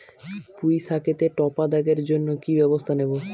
পুই শাকেতে টপা দাগের জন্য কি ব্যবস্থা নেব?